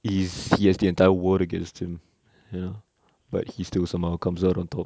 he's he has the entire world against him you know but he still somehow comes out on top